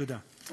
תודה רבה.